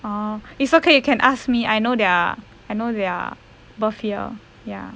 oh it's okay you can ask me I know their I know their birth year ya